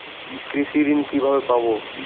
কৃষি ঋন কিভাবে পাব?